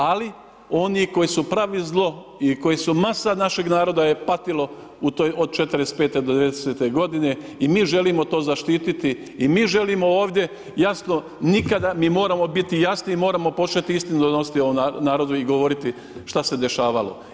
Ali oni koji su pravili zlo i koji su masa našeg naroda je patilo u toj od 45. do 90. godine i mi želimo to zaštititi i mi želimo ovdje jasno, nikada, mi moramo biti jasni i moramo početi istinu donositi ovom narodu i govoriti što se dešavalo.